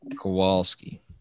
Kowalski